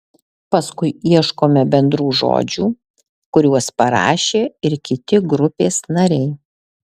paskui ieškome bendrų žodžių kuriuos parašė ir kiti grupės nariai